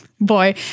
Boy